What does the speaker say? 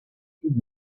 give